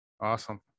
awesome